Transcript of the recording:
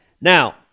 Now